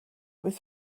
was